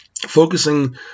Focusing